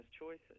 choices